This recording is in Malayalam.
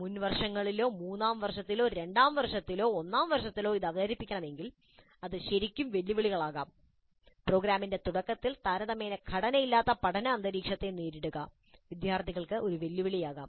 മുൻ വർഷങ്ങളിലോ മൂന്നാം വർഷത്തിലോ രണ്ടാം വർഷത്തിലോ ഒന്നാം വർഷത്തിലോ ഇത് അവതരിപ്പിക്കണമെങ്കിൽ ഇത് ശരിക്കും ഒരു വെല്ലുവിളിയാകാം പ്രോഗ്രാമിന്റെ തുടക്കത്തിൽ താരതമ്യേന ഘടനയില്ലാത്ത പഠന അന്തരീക്ഷത്തെ നേരിടുക വിദ്യാർത്ഥികൾക്ക് ഒരു വെല്ലുവിളിയാകാം